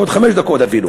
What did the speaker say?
עוד חמש דקות אפילו.